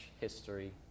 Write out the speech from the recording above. history